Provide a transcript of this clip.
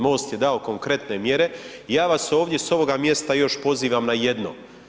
MOST je dao konkretne mjere i ja vas ovdje s ovoga mjesta još pozivam na jedno.